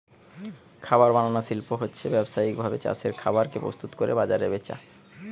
খাবার বানানার শিল্প হচ্ছে ব্যাবসায়িক ভাবে চাষের খাবার কে প্রস্তুত কোরে বাজারে বেচা